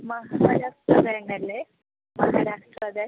മഹാരാഷ്ട്ര ബാങ്കല്ലേ മഹാരാഷ്ട്ര ബാങ്ക്